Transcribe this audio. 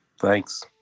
Thanks